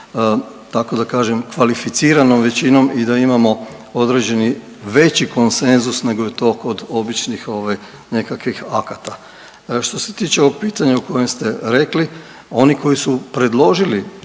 tako da kažem kvalificiranom većinom i da imamo određeni veći konsenzus nego je to kod običnih ovaj nekakvih akata. Što se tiče ovog pitanja o kojem ste rekli oni koji su predložili